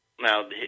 now